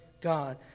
God